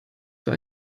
für